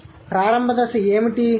కాబట్టి ప్రారంభ దశ ఏమిటి